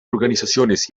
organizaciones